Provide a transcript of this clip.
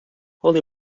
holy